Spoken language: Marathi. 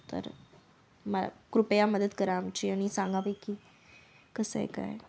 तर म कृपया मदत करा आमची आणि सांगावे की कसं आहे काय